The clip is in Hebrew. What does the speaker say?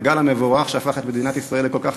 הגל המבורך שהפך את מדינת ישראל לכל כך